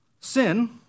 sin